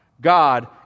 God